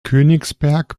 königsberg